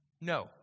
No